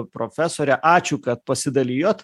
profesorė ačiū kad pasidalijot